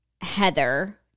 Heather